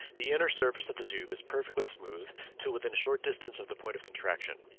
the inner surface of the tube is perfectly smooth till within a short distance of the point of contraction.